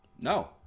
no